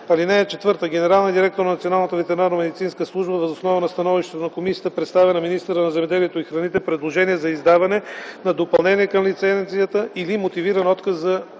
на място. (4) Генералният директор на Националната ветеринарномедицинска служба въз основа на становището на комисията представя на министъра на земеделието и храните предложение за издаване на допълнение към лицензията или за мотивиран отказ за